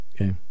Okay